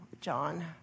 John